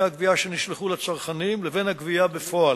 הגבייה שנשלחו לצרכנים לבין הגבייה בפועל.